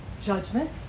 Judgment